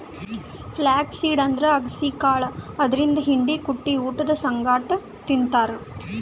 flax seed ಅಂದ್ರ ಅಗಸಿ ಕಾಳ್ ಇದರಿಂದ್ ಹಿಂಡಿ ಕುಟ್ಟಿ ಊಟದ್ ಸಂಗಟ್ ತಿಂತಾರ್